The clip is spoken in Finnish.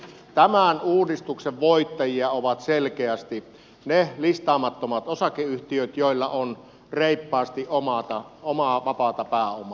tämän uudistuksen voittajia ovat selkeästi ne listaamattomat osakeyhtiöt joilla on reippaasti omaa vapaata pääomaa